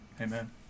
amen